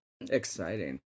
Exciting